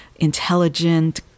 intelligent